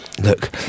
Look